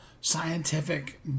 scientific